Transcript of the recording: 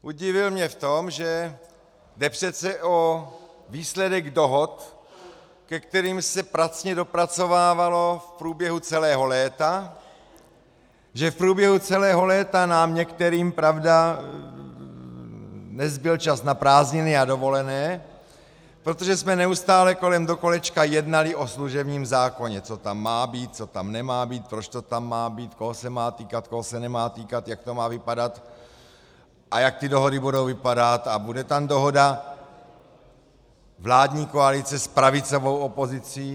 Udivil mě v tom, že jde přece o výsledek dohod, ke kterým se pracně dopracovávalo v průběhu celého léta, že v průběhu celého léta nám některým, pravda, nezbyl čas na prázdniny a dovolené, protože jsme neustále kolem dokolečka jednali o služebním zákoně, co tam má být, co tam nemá být, proč to tam má být, koho se má týkat, koho se nemá týkat, jak to má vypadat, jak ty dohody budou vypadat a bude tam dohoda vládní koalice s pravicovou opozicí.